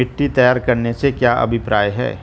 मिट्टी तैयार करने से क्या अभिप्राय है?